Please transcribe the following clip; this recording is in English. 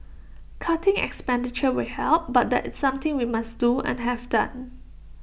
cutting expenditure will help but that's something we must do and have done